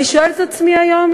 אני שואלת את עצמי היום,